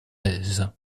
aise